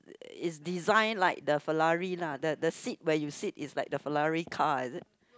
is design like the Ferrari lah the the seat where you sit is like the Ferrari car is it